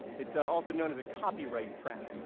it's also known as a copyright trap.